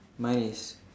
mine is